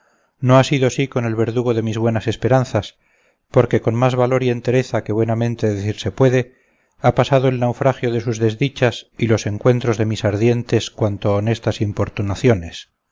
no ha sido así con el verdugo de mis buenas esperanzas porque con más valor y entereza que buenamente decirse puede ha pasado el naufragio de sus desdichas y los encuentros de mis ardientes cuanto honestas